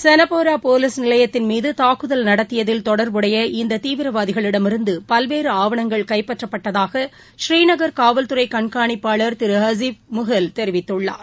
சனப்போராபோலீஸ் நிலையத்தின் மீதுதாக்குதல் நடத்தியதில் தொடர்புடைய இந்ததீவிரவாதிகளிடமிருந்தபல்வேறுஆவணங்கள் கைப்பற்றப்பட்டதாக டறீநகர் காவல்துறைகண்காணிப்பாளர் திருஹசீஃப் முஹல் தெரிவித்துள்ளார்